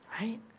Right